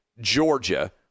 georgia